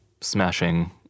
smashing